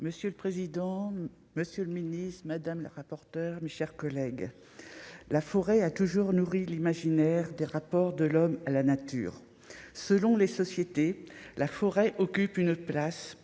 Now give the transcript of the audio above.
Monsieur le président, monsieur le ministre madame la rapporteure, mes chers collègues, la forêt a toujours nourri l'imaginaire des rapports de l'homme, la nature selon les sociétés. La forêt occupe une place plus